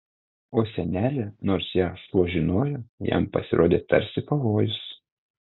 o senelė nors ją šuo žinojo jam pasirodė tarsi pavojus